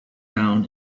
down